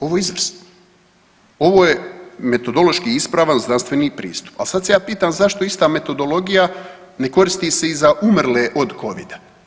Ovo je izvrsno, ovo je metodološki ispravan zdravstveni pristup, ali sad se ja pitam zašto ista metodologija ne koristi se i za umrle od Covida.